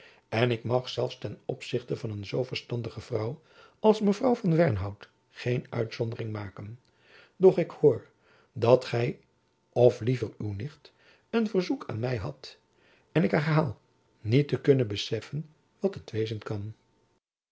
en ik mag zelfs ten opzichte van een zoo verstandige vrouw als mevrouw van wernhout geen uitzondering maken doch ik hoor dat gy of liever uw nicht een verzoek aan my hadt en ik herhaal niet te kunnen beseffen wat het wezen kan